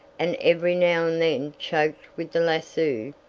and every now and then choked with the lasso,